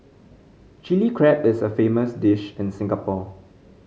Chilli Crab is a famous dish in Singapore